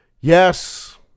Yes